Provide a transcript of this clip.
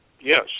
yes